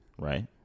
Right